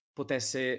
potesse